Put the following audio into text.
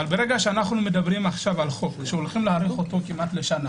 אבל ברגע שאנחנו מדברים על חוק שהולכים להאריך אותו כמעט לשנה